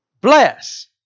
bless